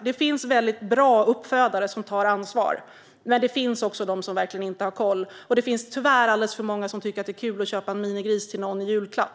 Det finns väldigt bra uppfödare som tar ansvar, men det finns också de som verkligen inte har koll. Och det finns tyvärr alldeles för många som tycker att det är kul att köpa en minigris till någon i julklapp.